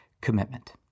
commitment